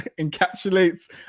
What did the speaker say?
encapsulates